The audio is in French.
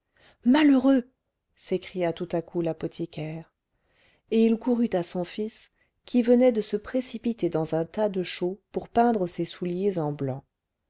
malheureux s'écria tout à coup l'apothicaire et il courut à son fils qui venait de se précipiter dans un tas de chaux pour peindre ses souliers en blanc